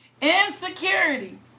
Insecurity